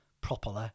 properly